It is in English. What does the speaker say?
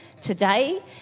today